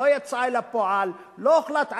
לא יצאה אל הפועל, לא הוחלט עליה,